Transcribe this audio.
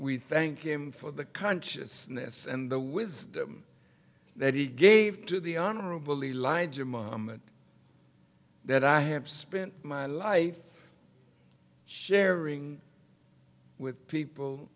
we thank him for the consciousness and the wisdom that he gave to the honorable elijah moment that i have spent my life sharing with people